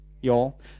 y'all